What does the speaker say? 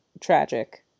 tragic